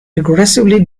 aggressively